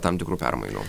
tam tikrų permainų